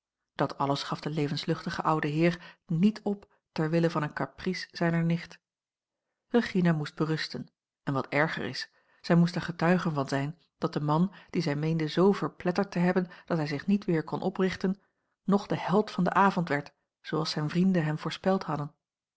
dat alles gaf de levenslustige oude heer niet op ter wille van eene caprice zijner nicht regina moest berusten en wat erger is zij moest er getuige van zijn dat de man dien zij meende zoo verpletterd te hebben dat hij zich niet weer kon oprichten nog de held van den avond werd zooals zijne vrienden hem voorspeld hadden